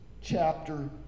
chapter